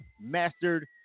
mastered